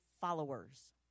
followers